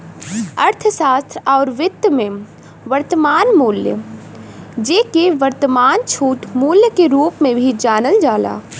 अर्थशास्त्र आउर वित्त में, वर्तमान मूल्य, जेके वर्तमान छूट मूल्य के रूप में भी जानल जाला